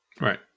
right